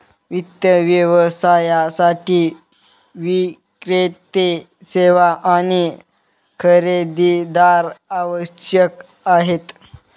वित्त व्यवसायासाठी विक्रेते, सेवा आणि खरेदीदार आवश्यक आहेत